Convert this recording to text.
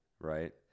right